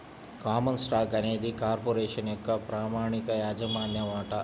common stock అనేది corporation యొక్క ప్రామాణిక యాజమాన్య వాటా